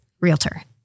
realtor